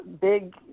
big